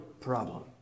problem